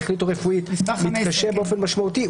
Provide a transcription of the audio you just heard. שכלית או רפואית מתקשה באופן משמעותי,